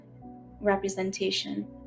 representation